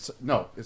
no